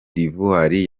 d’ivoire